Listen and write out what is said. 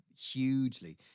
hugely